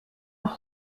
auch